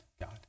God